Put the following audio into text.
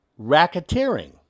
racketeering